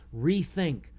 rethink